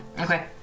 Okay